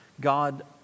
God